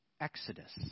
Exodus